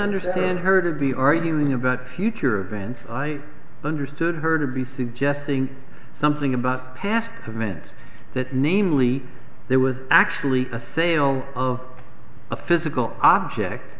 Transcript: understand her to be arguing about future events i understood her to be suggesting something about past comment that namely there was actually a sale of a physical object